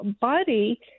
body